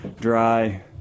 dry